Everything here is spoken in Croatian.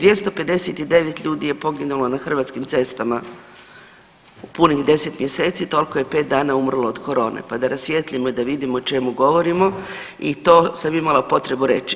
259 ljudi je poginulo na hrvatskim cestama u punih 10 mjeseci, toliko je 5 dana umrlo od korone, pa da rasvijetlimo i da vidimo o čemu govorimo i to sam imala potrebu reći.